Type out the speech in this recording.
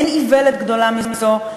אין איוולת גדולה מזו,